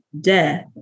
death